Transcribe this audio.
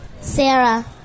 Sarah